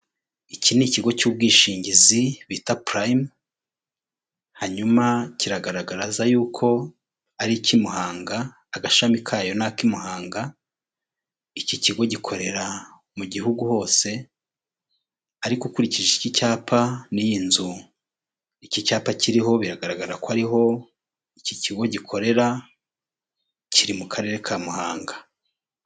Iki ni ikigo cy'ubwishingizi bita prime hanyuma kiragaragaza yuko ari icy'imuhanga agashami kayo ni aki muhanga iki kigo gikorera mu gihugu hose ariko ukurikije iki cyapa n'iyi nzu iki cyapa kiriho biragaragara ko ariho iki kigo gikorera kiri mu karere ka muhanga .